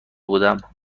بودم